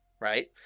right